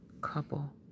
couple